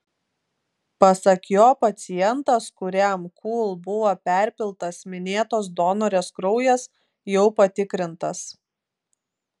pasak jo pacientas kuriam kul buvo perpiltas minėtos donorės kraujas jau patikrintas